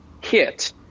hit